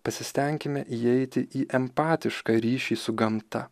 pasistenkime įeiti į empatišką ryšį su gamta